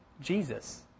Jesus